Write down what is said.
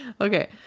Okay